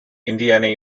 indiana